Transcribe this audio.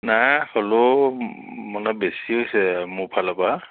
নাই হ'লেও মানে বেছি হৈছে মোৰ ফালৰ পৰা